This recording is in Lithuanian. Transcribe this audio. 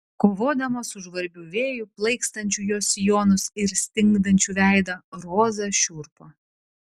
kovodama su žvarbiu vėju plaikstančiu jos sijonus ir stingdančiu veidą roza šiurpo